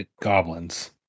goblins